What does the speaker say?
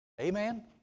Amen